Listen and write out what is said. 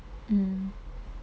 mm